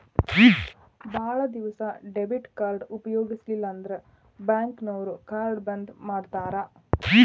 ಭಾಳ್ ದಿವಸ ಡೆಬಿಟ್ ಕಾರ್ಡ್ನ ಉಪಯೋಗಿಸಿಲ್ಲಂದ್ರ ಬ್ಯಾಂಕ್ನೋರು ಕಾರ್ಡ್ನ ಬಂದ್ ಮಾಡ್ತಾರಾ